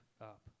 up